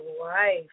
life